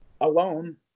alone